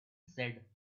said